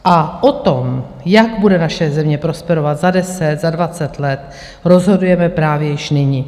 A o tom, jak bude naše země prosperovat za deset, za dvacet let, rozhodujeme právě již nyní.